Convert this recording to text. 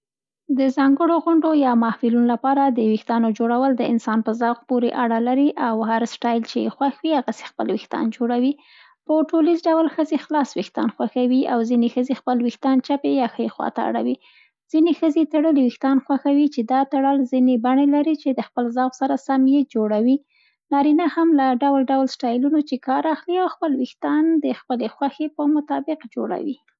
د ځانګړو غونډو یا محفلونو لپاره د ویښتانو جوړول د انسان په ذوق پورې اړه لري او هر سټایل چې خوښ وي هغسې خپل ویښتان جوړوي. په ټولیز دول ښځې خلاص ویښتان خوښوي او ځیني ښځې خپل ویښتان چپې یا ښۍ خواته اړوي. ځیني ښځې تړلي ویښتان خوښوي چې دا تړل ځیني بڼې لري چې د خپل ذوق سره سم یې جوړوي. نارینه هم له ډول ډول سټایلونو چي کار اخلي او خپل ویښتان د خپلې خوښې په مطابق جوړوي.